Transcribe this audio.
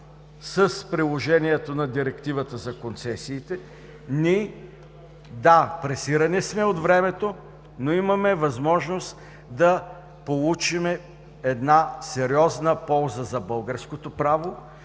с приложението на директивата за концесиите ние… Да, пресирани сме от времето, но имаме възможност да получим сериозна полза за българското право,